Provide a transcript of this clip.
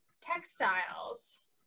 textiles